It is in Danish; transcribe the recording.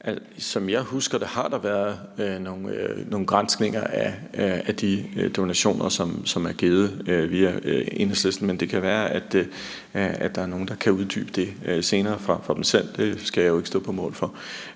Som jeg husker det, har der været nogle granskninger af de donationer, som er givet via Enhedslisten, men det kan være, at der er nogen, der kan uddybe det senere, frem for dem selv. Det skal jeg jo ikke stå på mål for.